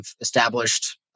established